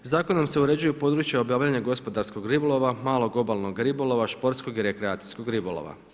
Zakonom se uređuju područja obavljanja gospodarskog ribolova, malog obalnog ribolova, športskog i rekreacijskog ribolova.